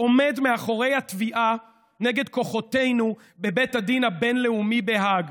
עומד מאחורי התביעה נגד כוחותינו בבית הדין הבין-לאומי בהאג.